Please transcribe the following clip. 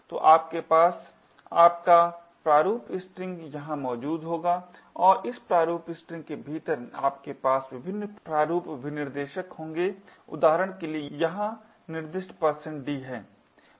तो आपके पास आपका प्रारूप स्ट्रिंग यहां मौजूद होगा और इस प्रारूप स्ट्रिंग के भीतर आपके पास विभिन्न प्रारूप विनिर्देशक होंगे उदाहरण के लिए यहां निर्दिष्ट d है